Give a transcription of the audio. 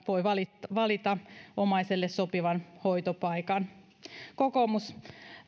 voi valita omaiselle sopivan hoitopaikan kokoomus